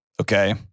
Okay